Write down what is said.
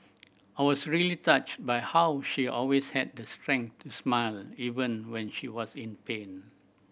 I was really touched by how she always had the strength to smile even when she was in pain